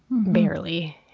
barely,